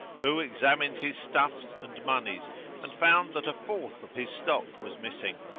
who examined his stuffs and monies and found that a fourth of his stock was missing.